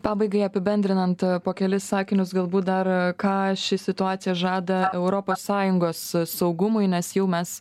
pabaigai apibendrinant po kelis sakinius galbūt dar ką ši situacija žada europos sąjungos saugumui nes jau mes